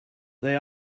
they